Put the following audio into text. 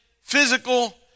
physical